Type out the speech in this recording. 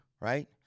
right